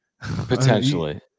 potentially